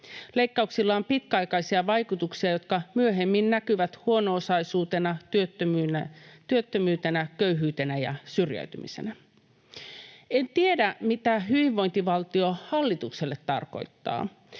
Leikkauksilla on pitkäaikaisia vaikutuksia, jotka myöhemmin näkyvät huono-osaisuutena, työttömyytenä, köyhyytenä ja syrjäytymisenä. En tiedä, mitä hyvinvointivaltio hallitukselle tarkoittaa.